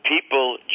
people